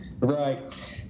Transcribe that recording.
Right